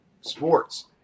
sports